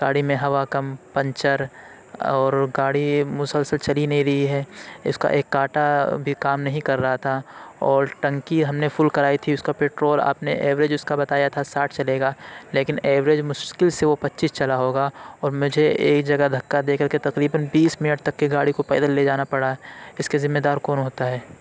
گاڑی میں ہوا کم پنچر اور گاڑی مسلسل چل ہی نہیں رہی ہے اس کا ایک کانٹا بھی کام نہیں کر رہا تھا اور ٹنکی ہم نے فل کرائی تھی اس کا پیٹرول آپ نے ایوریج اس کا بتایا تھا ساٹھ چلے گا لیکن ایوریج مشکل سے وہ پچیس چلا ہوگا اور مجھے ایک جگہ دھکا دے کر کے تقریباََ بیس منٹ تک گاڑی کو پیدل لے جانا پڑا اس کے ذمہ دار کون ہوتا ہے